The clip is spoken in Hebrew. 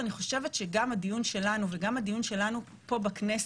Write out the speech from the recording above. אני חושבת שגם הדיון שלנו וגם הדיון שלנו פה בכנסת,